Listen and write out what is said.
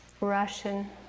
Russian